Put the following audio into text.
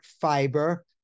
fiber